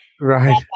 Right